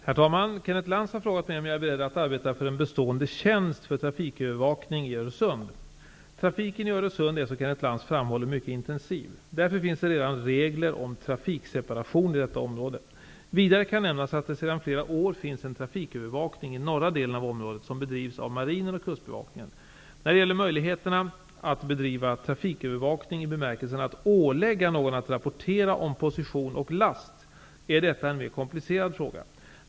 Herr talman! Kenneth Lantz har frågat mig om jag är beredd att arbeta för en bestående tjänst för trafikövervakning i Öresund. Trafiken i Öresund är, som Kenneth Lantz framhåller, mycket intensiv. Därför finns det redan regler om trafikseparation i detta område. Vidare kan nämnas att det sedan flera år finns en trafikövervakning i norra delen av området, som bedrivs av Marinen och Kustbevakningen. Möjligheterna att bedriva trafikövervakning i bemärkelsen att ålägga någon att rapportera om position och last är en mer komplicerad fråga.